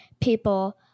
people